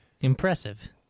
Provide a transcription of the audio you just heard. Impressive